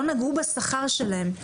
לא נגעו בשכר שלהם.